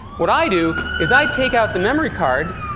what i do is, i take out the memory card,